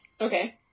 Okay